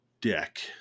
deck